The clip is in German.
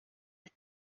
die